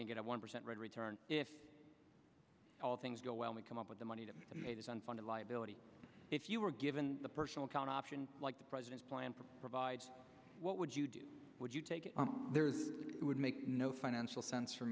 get a one percent return if all things go well we come up with the money to pay this unfunded liability if you were given the personal account option like the president's plan provides what would you do would you take it would make no financial sense for